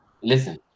Listen